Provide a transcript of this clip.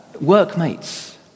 workmates